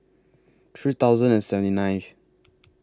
three thousand and seventy ninth